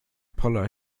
poller